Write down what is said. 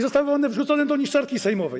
Zostały one wrzucone do niszczarki sejmowej.